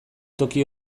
toki